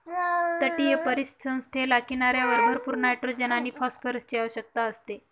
तटीय परिसंस्थेला किनाऱ्यावर भरपूर नायट्रोजन आणि फॉस्फरसची आवश्यकता असते